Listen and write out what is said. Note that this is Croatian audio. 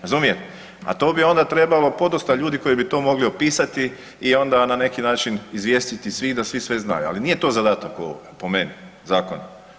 Razumijem, a to bi onda trebalo podosta ljudi koji bi to mogli opisati i onda na neki način izvijestiti svih da svi sve znaju, ali nije to zadatak u ovome po meni zakona.